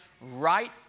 right